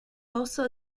also